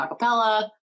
acapella